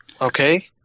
okay